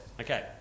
Okay